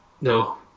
no